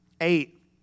Eight